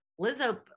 Lizzo